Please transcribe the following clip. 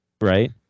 Right